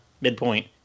Midpoint